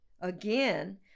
again